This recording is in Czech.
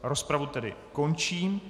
Rozpravu tedy končím.